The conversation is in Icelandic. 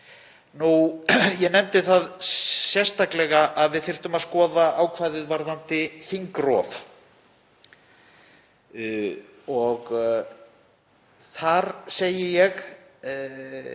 átt. Ég nefndi það sérstaklega að við þyrftum að skoða ákvæðið varðandi þingrof. Þar segi ég: